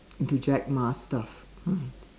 into Jack Ma stuff mm